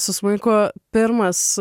su smuiku pirmas